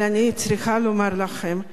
אבל אני צריכה לומר לכם,